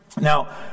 Now